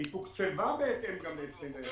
והיא תוקצבה גם בהתאם ל ---.